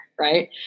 Right